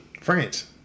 France